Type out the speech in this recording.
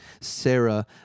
Sarah